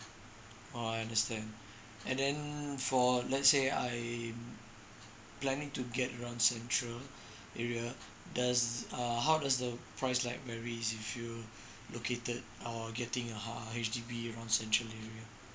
oh I understand and then for let's say I'm planning to get around central area does uh how does the price like varies if you're located or getting a hou~ H_D_B around central area